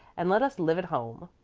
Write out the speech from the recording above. and let us live at home.